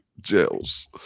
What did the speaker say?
jails